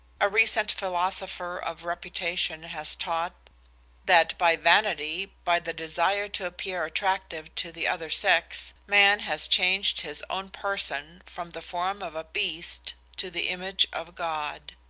a recent philosopher of reputation has taught that by vanity, by the desire to appear attractive to the other sex, man has changed his own person from the form of a beast to the image of god.